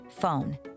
phone